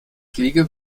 fliege